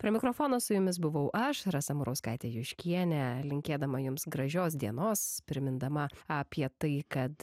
prie mikrofono su jumis buvau aš rasa murauskaitė juškienė linkėdama jums gražios dienos primindama apie tai kad